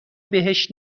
بهش